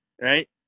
right